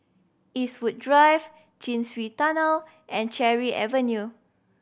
Eastwood Drive Chin Swee Tunnel and Cherry Avenue